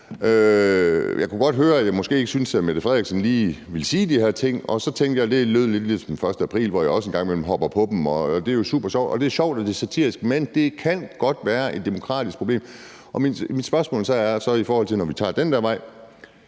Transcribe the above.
Jeg tænkte godt, at jeg måske ikke lige syntes, at statsministeren ville sige de her ting, og så tænkte jeg, at det lød lidt ligesom den 1. april, hvor jeg også en gang imellem hopper på aprilsnarene, og det er jo supersjovt, og det er satirisk, men det kan godt være et demokratisk problem. Mit spørgsmål er så, i forhold til når vi tager den der vej: